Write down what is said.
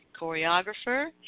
choreographer